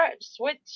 switch